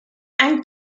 and